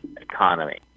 economy